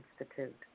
Institute